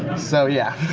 so, yeah.